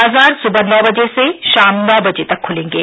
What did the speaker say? बाजार सुबह नौ बजे से शाम नौ बजे तक खुलेंगे